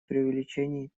преувеличений